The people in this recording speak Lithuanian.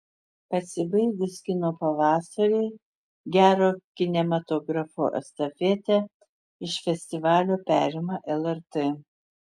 pasibaigus kino pavasariui gero kinematografo estafetę iš festivalio perima lrt